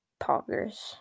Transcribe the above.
poggers